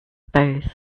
both